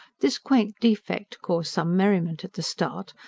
this quaint defect caused some merriment at the start,